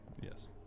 yes